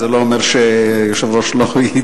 זה לא אומר שהיושב-ראש הוא לא ידידי,